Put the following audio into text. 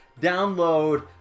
Download